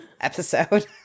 episode